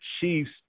Chiefs